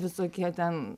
visokie ten